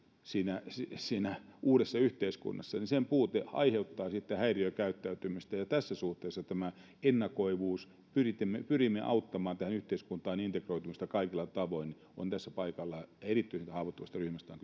siinä siinä uudessa yhteiskunnassa sen puute aiheuttaa sitten häiriökäyttäytymistä ja tässä suhteessa tämä ennakoitavuus pyrimme pyrimme auttamaan tähän yhteiskuntaan integroitumista kaikilla tavoin on tässä paikallaan erityisen haavoittuvasta ryhmästä on